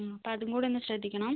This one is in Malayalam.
അപ്പം അതും കൂടെ ഒന്ന് ശ്രദ്ധിക്കണം